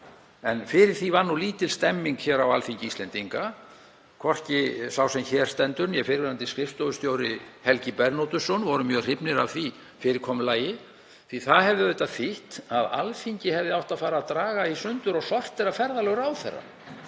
En fyrir því var lítil stemning hér á Alþingi Íslendinga. Hvorki sá sem hér stendur né fyrrverandi skrifstofustjóri, Helgi Bernódusson, voru mjög hrifnir af því fyrirkomulagi. Það hefði auðvitað þýtt að Alþingi hefði átt að fara að draga í sundur og sortera ferðalög ráðherra